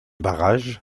barrage